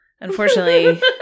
Unfortunately